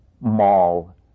mall